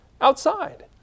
outside